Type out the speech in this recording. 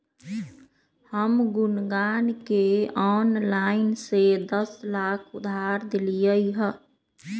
हम गुनगुण के ऑनलाइन से दस लाख उधार देलिअई ह